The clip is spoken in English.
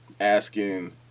asking